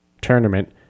tournament